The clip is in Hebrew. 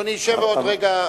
אדוני ישב ובעוד רגע,